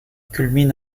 culmine